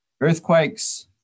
Earthquakes